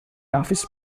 office